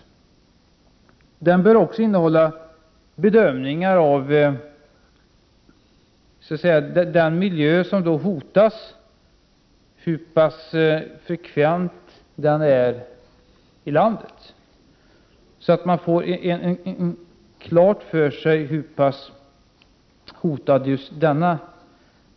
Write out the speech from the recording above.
Analysen bör även innehålla bedömningar av den miljö som hotas och hur pass frekvent detta hot är i landet.